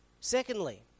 Secondly